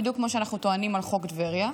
בדיוק כמו שאנחנו טוענים על חוק טבריה,